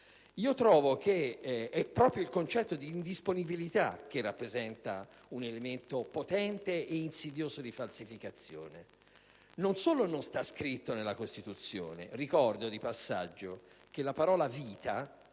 Trovo che sia proprio il concetto di indisponibilità a rappresentare un elemento potente e insidioso di falsificazione. E non solo tale concetto non è scritto nella Costituzione, ma ricordo di passaggio che la parola «vita»